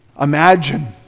imagine